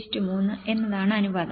53 എന്നതാണ് അനുപാതം